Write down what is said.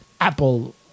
Apple